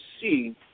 see